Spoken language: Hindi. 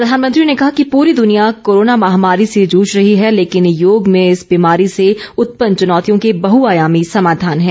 प्रधानमंत्री ने कहा कि पूरी दुनिया कोरोना महामारी से जूझ रही है लेकिन योग में इस बीमारी से उत्पन्न चुनौतियों के बहुआयामी समाधान हैं